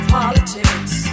politics